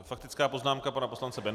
Faktická poznámka pana poslance Bendla.